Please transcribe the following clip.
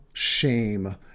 Shame